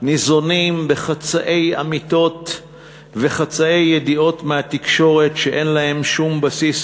ניזונים מחצאי אמיתות ומחצאי ידיעות מהתקשורת שאין להם שום בסיס,